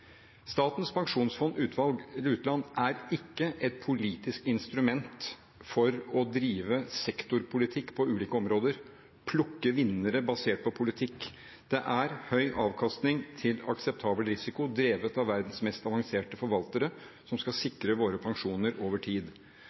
Statens pensjonsfond utland er ikke et politisk instrument for å drive sektorpolitikk på ulike områder, plukke vinnere basert på politikk. Det er høy avkastning til akseptabel risiko drevet av verdens mest avanserte forvaltere som skal sikre våre pensjoner over tid.